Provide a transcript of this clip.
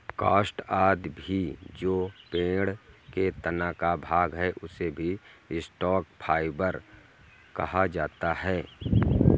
काष्ठ आदि भी जो पेड़ के तना का भाग है, उसे भी स्टॉक फाइवर कहा जाता है